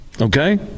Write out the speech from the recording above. Okay